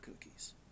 cookies